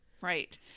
Right